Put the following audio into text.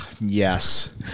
yes